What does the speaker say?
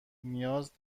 نیاز